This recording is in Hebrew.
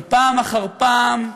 אבל פעם אחר פעם,